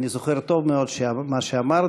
אני זוכר טוב מאוד מה שאמרתי.